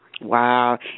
Wow